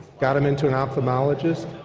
got him and to an ophthalmologist.